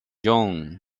young